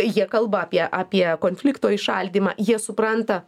jie kalba apie apie konflikto įšaldymą jie supranta